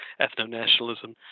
ethno-nationalism